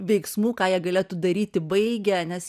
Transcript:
veiksmų ką jie galėtų daryti baigę nes